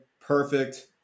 Perfect